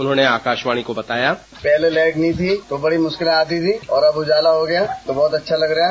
उन्होंने आकाशवाणी को बताया पहले लाईट नहीं थी तो बड़ी मुश्किले आती थी और अब उजाला हो गया है तो बहुत अच्छा लग रहा है